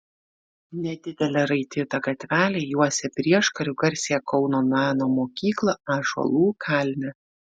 nedidelė raityta gatvelė juosia prieškariu garsiąją kauno meno mokyklą ąžuolų kalne